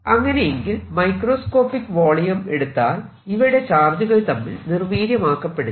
അങ്ങനെയെങ്കിൽ microscopic volume എടുത്താൽ ഇവയുടെ ചാർജുകൾ തമ്മിൽ നിർവീര്യമാക്കപ്പെടില്ല